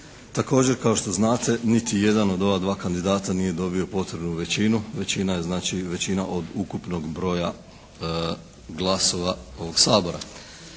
Također kao što znate, niti jedan od ova dva kandidata nije dobio potrebnu većinu, većina je znači većina od ukupnog broja glasova ovog Sabora.